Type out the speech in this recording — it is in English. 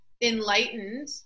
enlightened